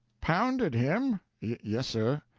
pounded him? yes, sir.